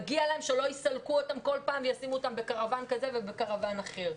מגיע להם שלא יסלקו אותם כל פעם וישימו אותם בקרוואן כזה ובקרוואן אחר.